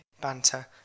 banter